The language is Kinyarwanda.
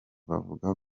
bavuga